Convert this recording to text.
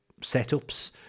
setups